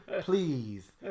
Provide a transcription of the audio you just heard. Please